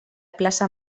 plaça